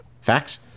Facts